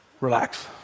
relax